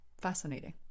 fascinating